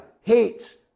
hates